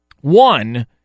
One